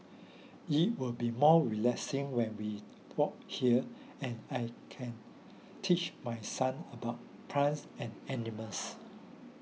it will be more relaxing when we walk here and I can teach my son about plants and animals